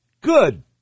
Good